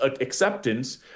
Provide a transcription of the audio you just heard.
acceptance